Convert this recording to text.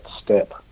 step